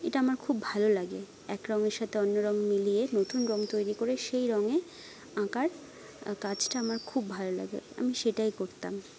এটা আমার খুব ভালো লাগে এক রঙের সাথে অন্য রং মিলিয়ে নতুন রং তৈরি করে সেই রঙে আঁকার কাজটা আমার খুব ভালো লাগে আমি সেটাই করতাম